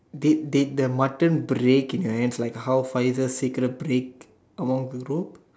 did did the mutton break in your hands like how Faizal's secret break among the group